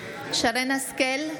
שרן מרים השכל,